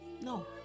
No